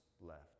left